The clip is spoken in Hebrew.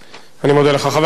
חבר הכנסת מג'אדלה, בבקשה.